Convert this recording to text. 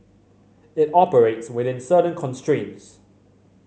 it operates within certain constraints